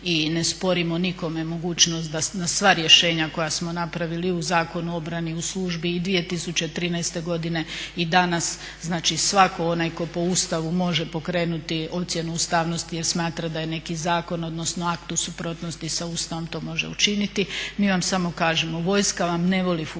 i ne sporimo nikome da na sva rješenja koja smo napravili u Zakonu o obrani, u službi i 2013. godine i danas, znači svatko onaj tko po Ustavu može pokrenuti ocjenu ustavnosti jer smatra da je neki zakon, odnosno akt u suprotnosti sa Ustavom to može učiniti. Mi vam samo kažemo, vojska vam ne voli funkcionirati